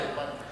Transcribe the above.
הבנתי,